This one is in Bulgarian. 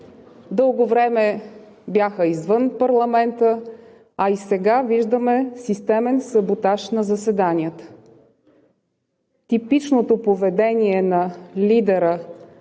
дълго време бяха извън парламента, а и сега виждаме системен саботаж на заседанията. Типичното поведение на лидера